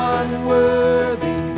unworthy